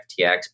FTX